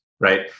right